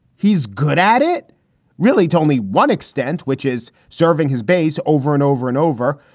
he's good at it really, tony, one extent. which is serving his base. over and over and over.